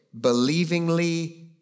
believingly